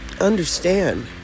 understand